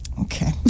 Okay